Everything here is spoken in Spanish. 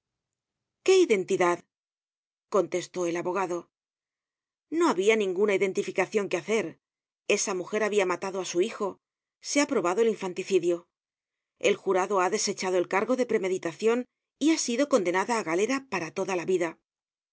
qué identidad contestó el abogado no habia ninguna identificacion que hacer esa mujer habia matado á su hijo se ha probado el infanticidio el jurado ha desechado el cargo de premeditacion y ha sido condenada á galera por toda la vida